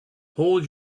hold